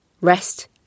rest